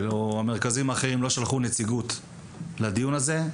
ומרכזים אחרים לא שלחו נציגות לדיון הזה,